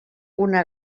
una